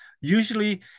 Usually